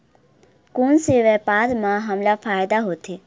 कोन से व्यापार म हमला फ़ायदा होथे?